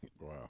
Wow